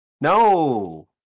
No